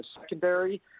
secondary